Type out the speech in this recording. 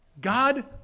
God